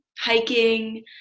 hiking